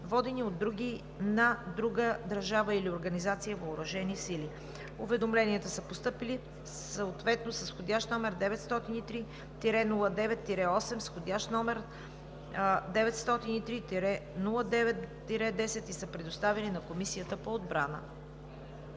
други, на друга държава или организация въоръжени сили. Уведомленията са постъпили съответно с входящи № 903 09 8 и № 903-09-10 и са предоставени на Комисията по отбрана.